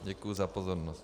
Děkuji za pozornost.